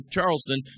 Charleston